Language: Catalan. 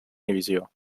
divisió